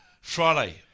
Friday